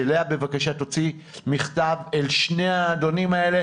שלאה בבקשה תוציא מכתב אל שני האדונים האלה